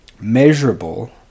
Measurable